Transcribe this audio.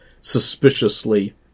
suspiciously